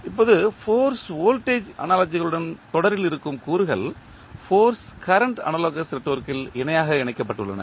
இப்போது force voltage அனாலஜிகளுடன் தொடரில் இருக்கும் கூறுகள் ஃபோர்ஸ் கரண்ட் அனாலோகஸ் நெட்வொர்க்கில் இணையாக இணைக்கப்படுகின்றன